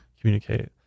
communicate